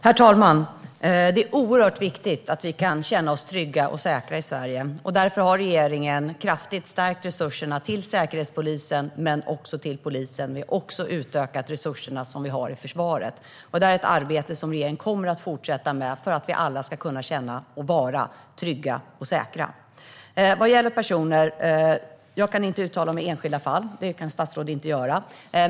Herr talman! Det är oerhört viktigt att vi kan känna oss trygga och säkra i Sverige. Därför har regeringen kraftigt stärkt resurserna till Säkerhetspolisen men också till polisen. Vi har också utökat resurserna till försvaret. Det här är ett arbete som regeringen kommer att fortsätta med för att vi alla ska kunna känna oss och vara trygga och säkra. Jag kan inte uttala mig i enskilda fall; det kan statsråd inte göra.